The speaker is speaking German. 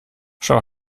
schau